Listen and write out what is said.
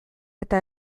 eta